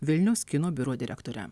vilniaus kino biuro direktorę